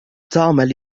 تعمل